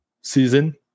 season